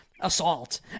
assault